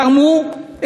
תרמו,